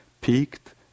peaked